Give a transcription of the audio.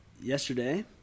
yesterday